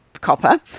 copper